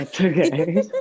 okay